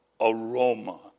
aroma